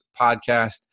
podcast